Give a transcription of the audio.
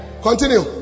continue